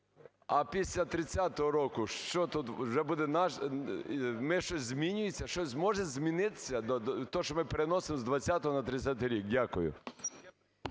а після 30-го року що тут вже буде… щось може змінитися, те, що ми переносимо з 20-го на 30-й рік? Дякую.